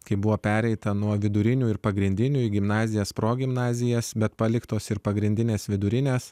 kai buvo pereita nuo vidurinių ir pagrindinių į gimnazijas progimnazijas bet paliktos ir pagrindinės vidurinės